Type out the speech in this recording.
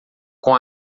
com